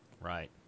Right